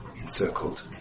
encircled